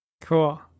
Cool